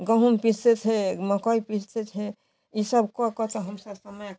गेहूँ पीसते थे मकई पिसते थे इ सब को हम